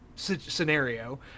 Scenario